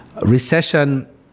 recession